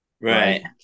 Right